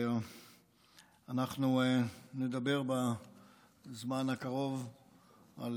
אנחנו נדבר בזמן הקרוב על